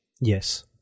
Yes